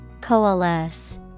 Coalesce